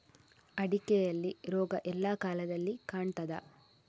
ಅಡಿಕೆಯಲ್ಲಿ ರೋಗ ಎಲ್ಲಾ ಕಾಲದಲ್ಲಿ ಕಾಣ್ತದ?